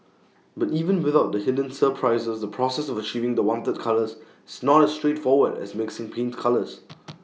but even without the hidden surprises the process of achieving the wanted colours is not as straightforward as mixing paint colours